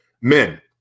men